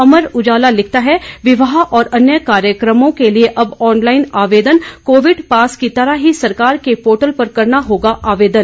अमर उजाला लिखता है विवाह और अन्य कार्यक्रमों के लिए अब ऑनलाइन आवेदन कोविड पास की तरह ही सरकार के पोर्टल पर करना होगा आवेदन